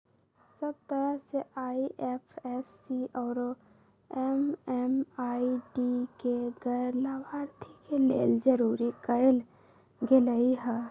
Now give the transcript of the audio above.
सब तरह से आई.एफ.एस.सी आउरो एम.एम.आई.डी के गैर लाभार्थी के लेल जरूरी कएल गेलई ह